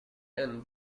end